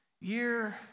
year